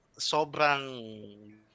sobrang